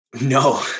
No